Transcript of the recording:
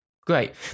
Great